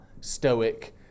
stoic